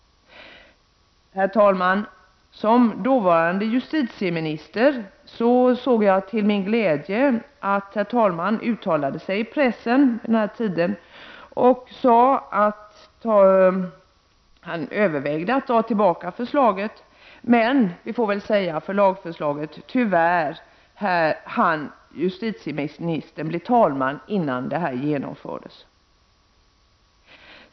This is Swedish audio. Herr talman! Dåvarande justitieminister Peterson uttalade sig i pressen och sade till min glädje att han övervägde att dra tillbaka förslaget, men — tyvärr, till skada för lagförslaget — hann justitieministern bli talman innan detta genomfördes.